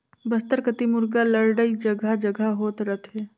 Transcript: बस्तर कति मुरगा लड़ई जघा जघा होत रथे